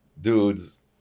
dudes